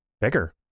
Bigger